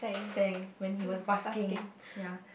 sang when he was basking ya